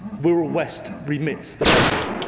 wirral west remits the motion.